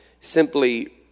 simply